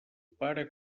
pare